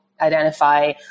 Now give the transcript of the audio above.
identify